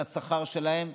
על השכר שלהם,